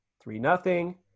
Three-nothing